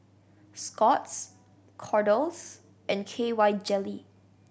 Scott's Kordel's and K Y Jelly